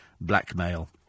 blackmail